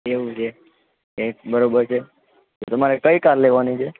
એવું છે એ એક બરાબર છે તમારે કઈ કાર લેવાની છે